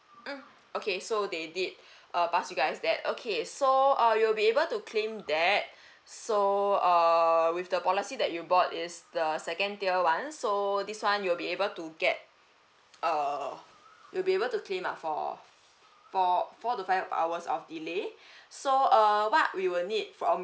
mm okay so they did uh pass you guys that okay so uh you'll be able to claim that so err with the policy that you bought is the second tier one so this one you'll be able to get err you'll be able to claim up for four four to five hours of delay so uh what we will need from